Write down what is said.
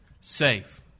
safe